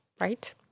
right